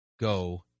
Go